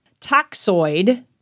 toxoid